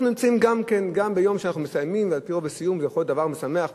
יש על זה הרבה פירושים, ולא נרחיב